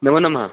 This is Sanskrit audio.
नमोनमः